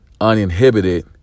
uninhibited